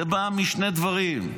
זה בא משני דברים.